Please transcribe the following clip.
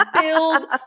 build